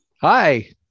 Hi